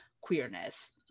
queerness